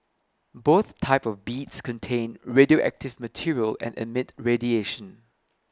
both types of beads contain radioactive material and emit radiation